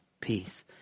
peace